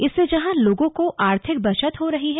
इससे जहां लोगों को आर्थिक बचत हो रही है